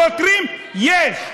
תחנות, יש, גיוס שוטרים, יש.